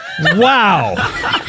Wow